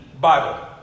Bible